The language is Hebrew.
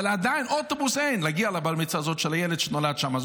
אבל עדיין אין אוטובוס להגיע לבר מצווה הזאת של הילד שנולד שם.